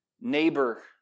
neighbor